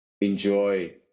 enjoy